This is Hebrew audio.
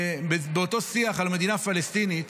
באותו שיח על מדינה פלסטינית